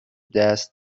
دست